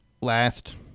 Last